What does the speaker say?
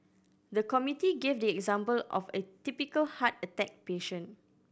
the committee gave the example of a typical heart attack patient